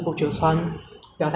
现在我问你